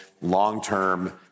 long-term